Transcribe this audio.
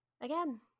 Again